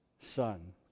son